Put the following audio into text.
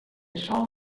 sol